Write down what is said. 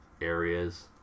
areas